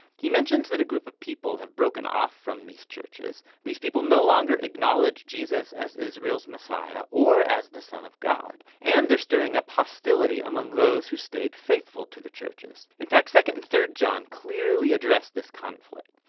he mentions that a group of people have broken off from these churches these people no longer acknowledge jesus as israel's messiah or as the son of god and they're stirring up hostility among those who stayed faithful to the churches. in fact, second and third john clearly addressed this conflict.